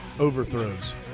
Overthrows